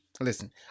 listen